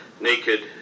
naked